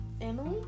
Emily